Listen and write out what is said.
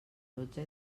dotze